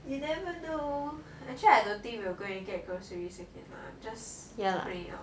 you never know actually I don't think we'll go and get groceries already lah just going out